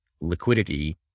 liquidity